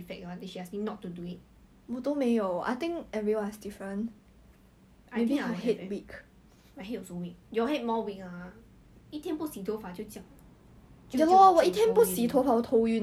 you don't want to look like 温小暖 then you can you can find a 叶非墨 in your life you know you know that kind of like 戏剧 that I like to watch right is 那种